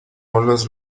olas